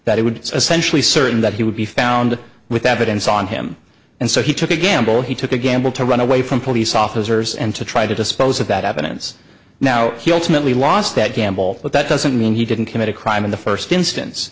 that he would essentially certain that he would be found with evidence on him and so he took a gamble he took a gamble to run away from police officers and to try to dispose of that evidence now he ultimately lost that gamble but that doesn't mean he didn't commit a crime in the first instance